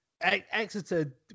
Exeter